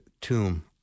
tomb